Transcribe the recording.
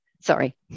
sorry